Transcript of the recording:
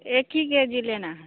एक ही K G लेना है